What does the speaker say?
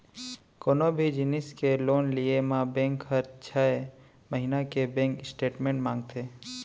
कोनों भी जिनिस के लोन लिये म बेंक हर छै महिना के बेंक स्टेटमेंट मांगथे